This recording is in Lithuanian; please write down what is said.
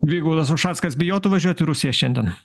vygaudas ušackas bijotų važiuot į rusiją šiandien